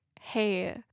hey